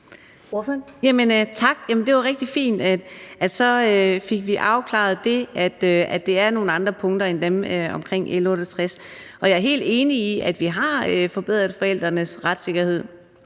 Tak. Det var rigtig fint, at vi så fik afklaret det, nemlig at det er nogle andre punkter end dem i L 68 B. Jeg er helt enig i, at vi har forbedret forældrenes retssikkerhed;